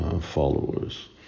Followers